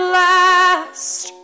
last